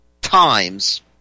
times